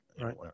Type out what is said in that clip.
right